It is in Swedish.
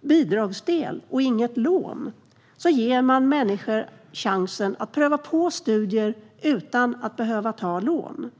bidragsdel och inget lån ger man människor chansen att pröva på studier utan att behöva ta lån.